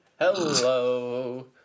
Hello